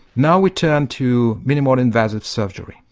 now we turn to minimal invasive surgery,